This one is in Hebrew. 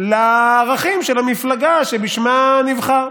לערכים של המפלגה שבשמה נבחרת.